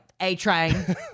A-train